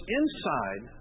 inside